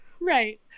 Right